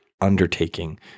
undertaking